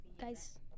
Guys